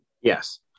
Yes